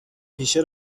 پیشه